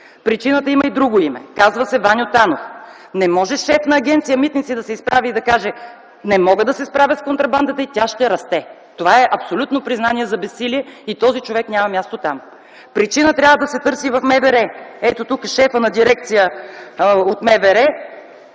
Причината има и друго име – казва се Ваньо Танов. Не може шеф Агенция „Митници” да се изправи и да каже: „Не мога да се справя с контрабандата и тя ще расте”. Това е абсолютно признание за безсилие и този човек няма място там. Причина трябва да се търси и в МВР. Ето тук шефът на Дирекция